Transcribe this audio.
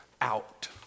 out